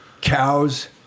Cows